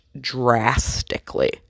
drastically